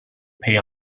pay